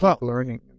learning